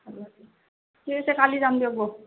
অঁ ঠিক আছে কালি যাম দিয়ক বৌ